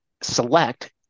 select